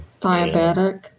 diabetic